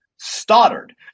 Stoddard